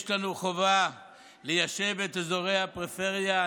יש לנו חובה ליישב את אזורי הפריפריה,